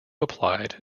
applied